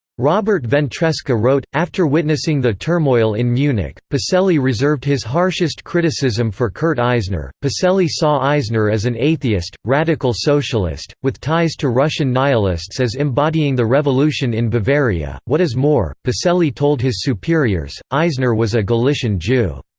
robert ventresca wrote, after witnessing the turmoil in munich, pacelli reserved his harshest criticism for kurt eisner. pacelli saw eisner as an atheist, radical socialist, with ties to russian nihilists as embodying the revolution in bavaria what is more, pacelli told his superiors, eisner was a galician jew.